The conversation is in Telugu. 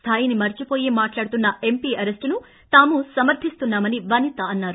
స్థాయిని మరచిపోయి మాటాడుతున్న ఎంపీ అరెస్టును తాము సమర్దిస్తున్నా మని వనిత అన్నారు